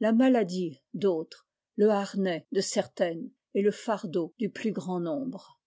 la maladie d'autres le harnais de certaines et le fardeau du plus grand nombre